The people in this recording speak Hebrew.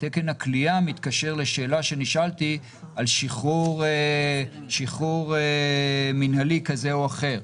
ותקן הכליאה מתקשר לשאלה שנשאלתי על שחרור מינהלי כזה או אחר.